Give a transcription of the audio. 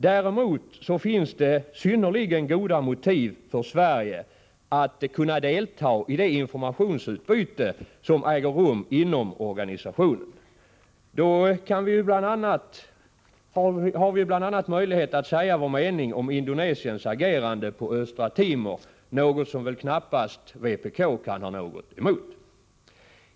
Däremot finns det synnerligen goda motiv för Sverige att kunna delta i det informationsutbyte som äger rum inom organisationen. Då har vi bl.a. möjlighet att säga vår mening om Indonesiens agerande på Östra Timor, något som väl knappast vpk kan ha något emot.